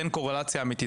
אין קורלציה אמיתית.